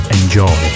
enjoy